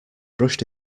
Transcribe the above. brushed